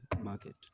market